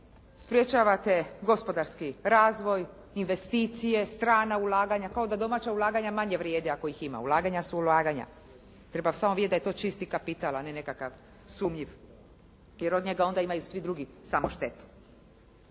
sprječavate gospodarski razvoj, investicije, strana ulaganja, kao da domaća ulaganja manje vrijede ako ih ima. Ulaganja su ulaganja. Treba samo vidjeti da je to čisti kapital, a ne nekakav sumnjiv, jer od njega onda imaju samo štetu.